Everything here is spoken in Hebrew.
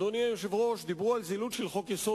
אדוני היושב-ראש, דיברו על זילות של חוק-יסוד.